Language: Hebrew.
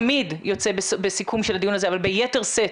ביתר שאת,